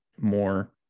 more